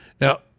Now